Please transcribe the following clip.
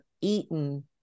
eaten